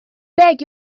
beg